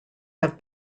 have